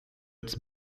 its